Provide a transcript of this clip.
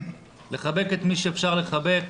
לחבק את מי שאפשר לחבק.